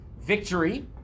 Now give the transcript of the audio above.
victory